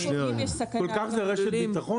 אם יש סכנה --- כל כך זה רשת ביטחון?